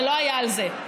זה לא היה על זה.